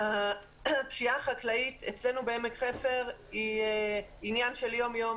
הפשיעה החקלאית אצלנו בעמק חפר היא עניין של יום יום.